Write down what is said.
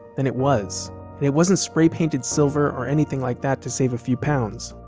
then it was, and it wasn't spray painted silver or anything like that to save a few pounds